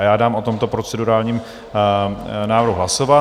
Já dám o tomto procedurálním návrhu hlasovat.